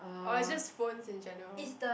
or is just phones in general